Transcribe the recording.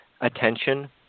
attention